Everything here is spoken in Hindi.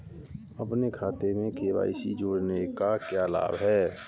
अपने खाते में के.वाई.सी जोड़ने का क्या लाभ है?